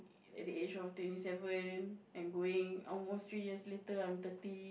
at the age of twenty seven and going almost three years later I'm thirty